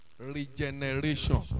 Regeneration